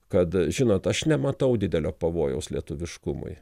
kad žinot aš nematau didelio pavojaus lietuviškumui